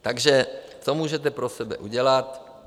Takže co můžete pro sebe udělat?